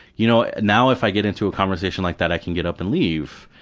you know now if i get into a conversation like that, i can get up and leave,